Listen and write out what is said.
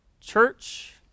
church